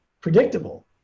predictable